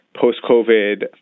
post-COVID